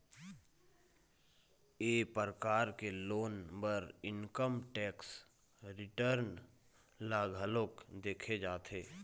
ए परकार के लोन बर इनकम टेक्स रिटर्न ल घलोक देखे जाथे